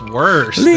worse